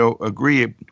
agree